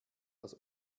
aus